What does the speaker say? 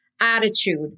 attitude